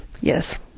Yes